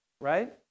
right